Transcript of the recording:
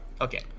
Okay